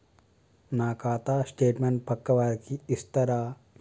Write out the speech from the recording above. నా ఖాతా స్టేట్మెంట్ పక్కా వారికి ఇస్తరా?